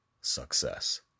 success